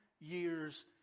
years